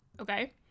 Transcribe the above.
Okay